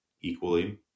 equally